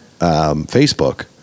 Facebook